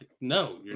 No